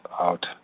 out